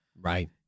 Right